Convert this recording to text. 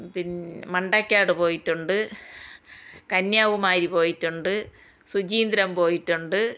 പിൻ മണ്ടക്കാട് പോയിട്ടുണ്ട് കന്യാകുമാരി പോയിട്ടുണ്ട് ശുചീന്ദ്രം പോയിട്ടുണ്ട്